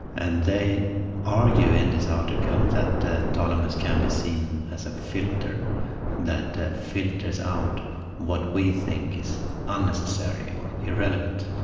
and they argue in this article that the thalamus can be seen as a filter that filters out what we think is unnecessary or irrelevant.